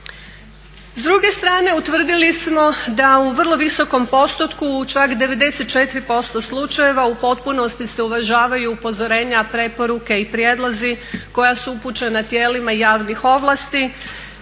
S druge strane utvrdili smo da u vrlo visokom postotku, čak 94% slučajeva u potpunosti se uvažavaju upozorenja, preporuke i prijedlozi koja su upućena tijelima javnih ovlasti,